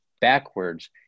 backwards